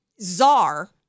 czar